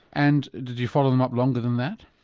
and did you follow them up longer than that?